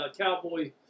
Cowboy